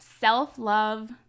self-love